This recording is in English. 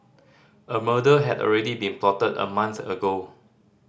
a murder had already been plotted a month ago